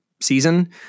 season